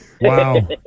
Wow